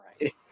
right